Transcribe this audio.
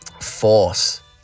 force